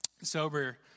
sober